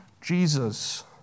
Jesus